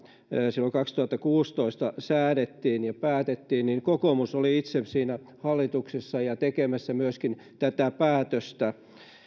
silloin kaksituhattakuusitoista säädettiin ja siitä päätettiin niin kokoomus oli itse siinä hallituksessa ja tekemässä myöskin tätä päätöstä